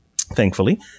thankfully